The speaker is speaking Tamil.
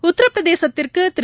உத்தரபிரதேசத்திற்கு திரு